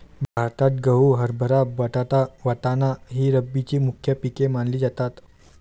भारतात गहू, हरभरा, बटाटा, वाटाणा ही रब्बीची मुख्य पिके मानली जातात